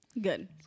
Good